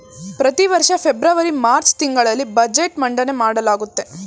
ಪ್ರತಿವರ್ಷ February March ತಿಂಗಳಲ್ಲಿ budget ಮಂಡನೆ ಮಾಡಲಾಗುತ್ತೆ